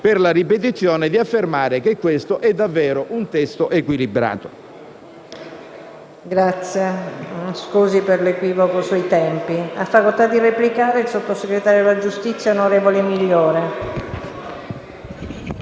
per la ripetizione - di affermare che questo è davvero un testo equilibrato.